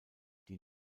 die